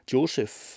Joseph